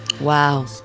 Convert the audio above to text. Wow